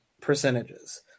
percentages